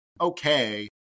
okay